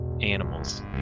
animals